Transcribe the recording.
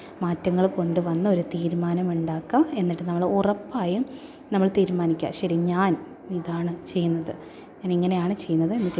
മാറ്റങ്ങൾ കൊണ്ടുവന്ന് ഒരു തീരുമാനം ഉണ്ടാക്കുക എന്നിട്ട് നമ്മൾ ഉറപ്പായും നമ്മൾ തീരുമാനിക്കുക ശരി ഞാൻ ഇതാണ് ചെയ്യുന്നത് ഞാൻ ഇങ്ങനെയാണ് ചെയ്യുന്നത്